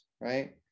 right